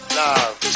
love